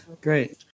Great